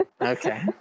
okay